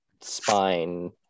spine